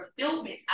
fulfillment